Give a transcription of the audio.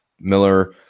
Miller